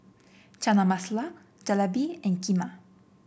Chana Masala Jalebi and Kheema